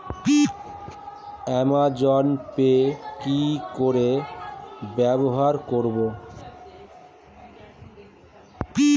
Amazon Pay কি করে ব্যবহার করব?